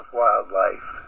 wildlife